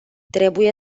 trebuie